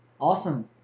Awesome